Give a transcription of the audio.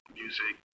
music